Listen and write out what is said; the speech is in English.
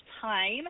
time